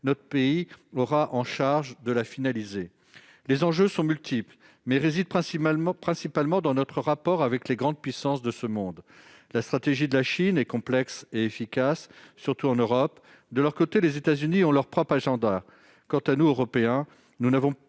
Notre pays aura en charge de la finaliser. Les enjeux sont multiples, mais résident principalement dans notre rapport avec les grandes puissances mondiales. La stratégie de la Chine est complexe et efficace, surtout en Europe. De leur côté, les États-Unis ont leur propre agenda. Quant à nous, Européens, nous n'avons pas